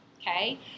Okay